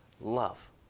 love